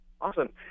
Awesome